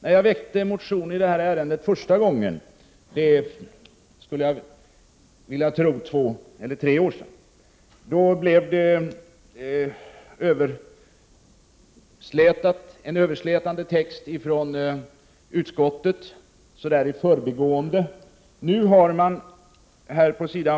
När jag för första gången väckte en motion i ärendet för två tre år sedan skrev utskottet en överslätande text så däri förbigående. På s.